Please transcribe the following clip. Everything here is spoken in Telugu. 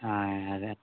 ఆయ్ అదే